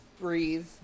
breathe